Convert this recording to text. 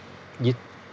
you~